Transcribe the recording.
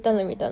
oh